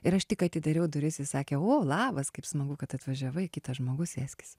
ir aš tik atidariau duris jis sakė o labas kaip smagu kad atvažiavai kitas žmogus sėskis